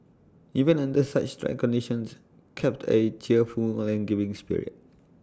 even under such trying conditions kept A cheerful and giving spirit